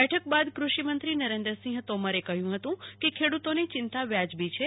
બેઠક બાદ કૃષિ મંત્રી નરેન્દ્ર સિંહ તોમરે કહ્યું હતું કે ખેડૂતોની ચિંતા વાજબી છે